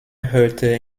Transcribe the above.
hörte